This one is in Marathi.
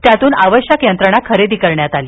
त्यातून आवश्यक यंत्रणा खरेदी करण्यात आली